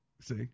see